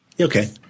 okay